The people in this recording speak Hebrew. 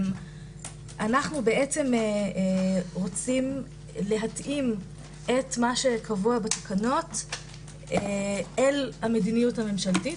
אנחנו בעצם רוצי להתאים את מה שקבוע בתקנות למדיניות הממשלתית,